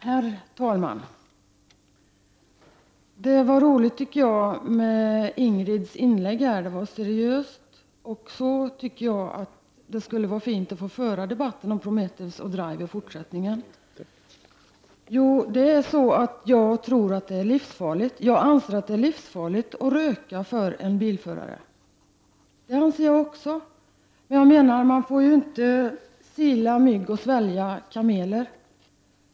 Herr talman! Det var roligt att åhöra Ingrid Hasselström Nyvalls inlägg, som var seriöst. Det vore fint att få föra debatten om Prometheus och Drive på det sättet i fortsättningen. Jag anser att det är livsfarligt att röka under bilkörning. Men man får inte sila mygg och svälja kameler.